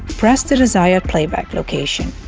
press the desired playback location.